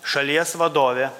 šalies vadovė